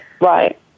right